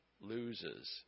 loses